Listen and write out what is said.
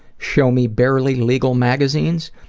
show me barely legal magazines,